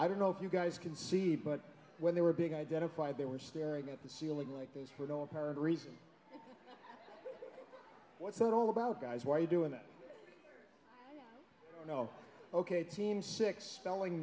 i don't know if you guys can see but when they were being identified they were staring at the ceiling like those with no apparent reason what's it all about guys why are you doing it you know ok team six spelling